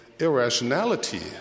irrationality